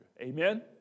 Amen